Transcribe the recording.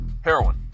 Heroin